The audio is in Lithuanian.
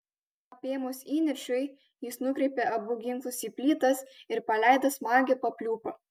apėmus įniršiui jis nukreipė abu ginklus į plytas ir paleido smagią papliūpą